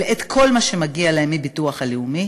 את כל מה שמגיע להם מהביטוח הלאומי.